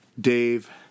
Dave